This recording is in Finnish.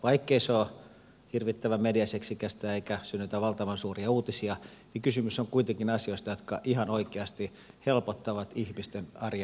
vaikkei se ole hirvittävän mediaseksikästä eikä synnytä valtavan suuria uutisia niin kysymys on kuitenkin asioista jotka ihan oikeasti helpottavat ihmisten arjen asioita